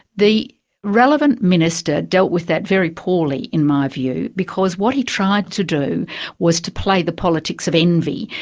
the relevant minister dealt with that very poorly, in my view, because what he tried to do was to play the politics of envy,